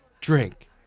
Drink